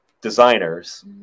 designers